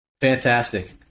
Fantastic